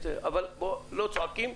אבל לא צועקים.